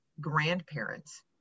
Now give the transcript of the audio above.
grandparents